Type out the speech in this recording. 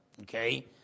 okay